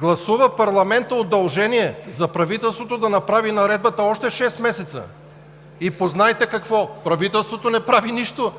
Гласува парламентът удължение за правителството още шест месеца да направи наредбата. И познайте какво: правителството не прави нищо,